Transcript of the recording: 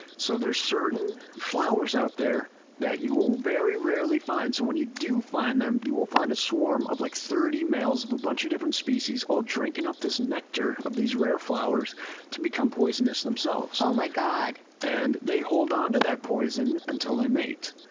so there's certain flowers out there that you will very rarely find. so when you do find them, you will find a swarm of like, thirty males of a bunch of different species, all drinking up the nectar of these rare flowers to become poisonous themselves. oh my god! and they hold onto that poison until they mate.